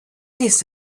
this